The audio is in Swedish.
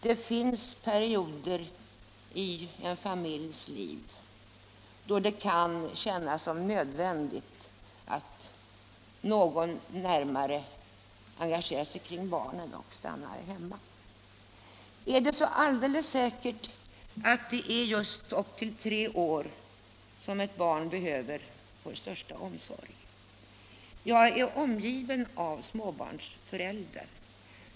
Det finns perioder i en familjs liv då det kan kännas nödvändigt att någon närmare engagerar sig kring barnen och stannar hemma en tid. Är det så alldeles säkert att det är just upp till tre år som ett barn behöver vår största omsorg? Jag har nära kontakt med småbarnsföräldrar.